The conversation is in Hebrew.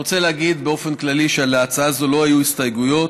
אני רוצה להגיד באופן כללי שלהצעה זו לא היו הסתייגויות,